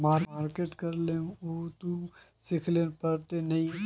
Market करे है उ ते सिखले पड़ते नय?